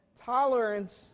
tolerance